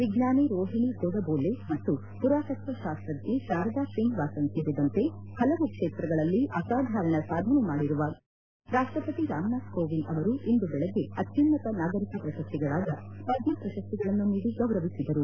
ವಿಜ್ಞಾನಿ ರೋಹಿಣಿ ಗೋಡಬೋಲೆ ಮತ್ತು ಪುರಾತತ್ವ ಶಾಸ್ತಜ್ಞೆ ಶಾರದಾ ತ್ರೀನಿವಾಸನ್ ಸೇರಿದಂತೆ ಹಲವು ಕ್ಷೇತ್ರಗಳಲ್ಲಿ ಅಸಾಧಾರಣ ಸಾಧನೆ ಮಾಡಿರುವ ಗಣ್ಯ ವ್ಯಕ್ತಿಗಳಿಗೆ ರಾಷ್ಟಪತಿ ರಾಮನಾಥ್ ಕೋವಿಂದ್ ಅವರು ಇಂದು ದೆಳಗ್ಗೆ ಅತ್ಯುನ್ನತ ನಾಗರಿಕ ಪ್ರಶಸ್ತಿಗಳಾದ ಪದ್ದ ಪ್ರಶಸ್ತಿಗಳನ್ನು ನೀಡಿ ಗೌರವಿಸಿದರು